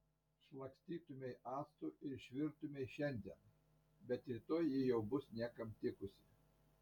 šlakstytumei actu ir išvirtumei šiandien bet rytoj ji jau bus niekam tikusi